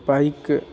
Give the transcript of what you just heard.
bike